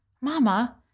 Mama